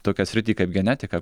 tokią sritį kaip genetika